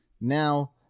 Now